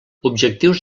objectius